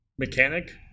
Mechanic